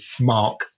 Mark